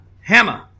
hammer